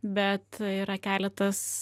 bet yra keletas